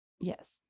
Yes